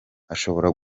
hashobora